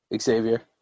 Xavier